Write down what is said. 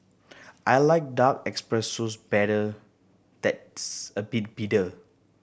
I like dark espressos better that's a bit bitter